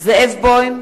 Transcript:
זאב בוים,